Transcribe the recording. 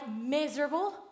miserable